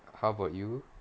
how about you